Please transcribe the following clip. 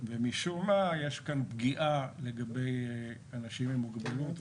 ומשום מה יש כאן פגיעה לגבי אנשים עם מוגבלות,